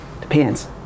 depends